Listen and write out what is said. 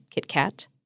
KitKat